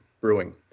Brewing